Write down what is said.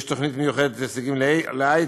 יש תוכנית מיוחדת, הישגים להייטק,